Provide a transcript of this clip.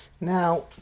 Now